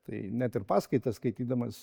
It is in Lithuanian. tai net ir paskaitas skaitydamas